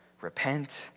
Repent